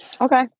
Okay